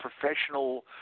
professional